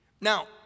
Now